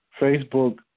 Facebook